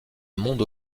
monde